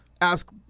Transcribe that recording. Ask